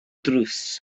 drws